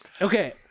okay